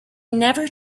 never